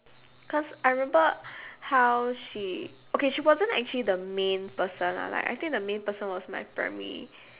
cause I remember how she okay she wasn't actually the main person lah like I think the main person was my primary